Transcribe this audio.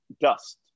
dust